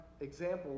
example